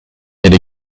elle